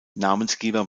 namensgeber